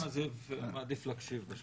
לא, אני מעדיף להקשיב בשלב זה.